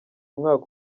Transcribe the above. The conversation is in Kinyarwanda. umwaka